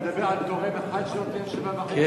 אתה מדבר על תורם אחד שנותן 7.5 מיליון,